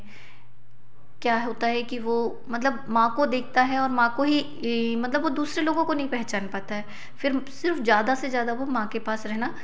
क्या होता है कि व मतलब माँ को देखता है और माँ को ही मतलब वह दूसरे लोगों को नहीं पहचान पाता है फिर सिर्फ़ ज़्यादा से ज़्यादा वह माँ के पास रहना